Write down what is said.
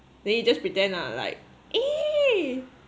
then you just pretend lah like eh